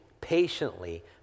patiently